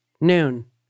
noon